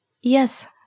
Yes